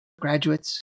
graduates